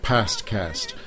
Pastcast